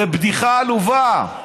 זה בדיחה עלובה.